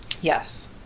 Yes